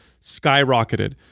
skyrocketed